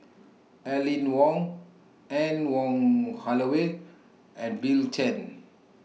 Aline Wong Anne Wong Holloway and Bill Chen